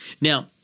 Now